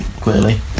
Clearly